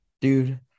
dude